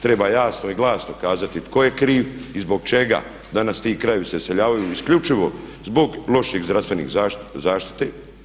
Treba jasno i glasno kazati tko je kriv i zbog čega danas ti krajevi se iseljavaju isključivo zbog loših zdravstvene zaštite.